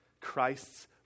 Christ's